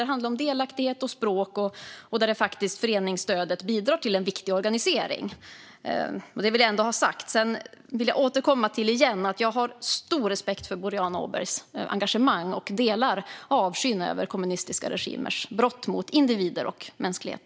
Det handlar om delaktighet och språk, och föreningsstödet bidrar där till en viktig organisering. Det vill jag ändå ha sagt. Sedan vill jag än en gång återkomma till att jag har stor respekt för Boriana Åbergs engagemang, och jag delar avskyn för kommunistiska regimers brott mot individer och mänsklighet.